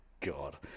God